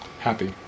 happy